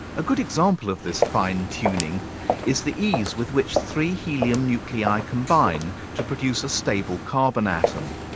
a good example of this fine-tuning is the ease with which three helium nuclei combine to produce a stable carbon atom.